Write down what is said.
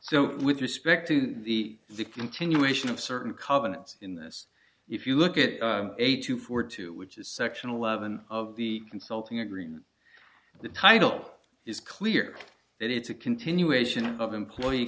so with respect to the continuation of certain covenants in this if you look at a two for two which is section eleven of the consulting agreement the title is clear that it's a continuation of employee